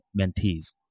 mentees